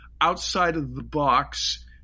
outside-of-the-box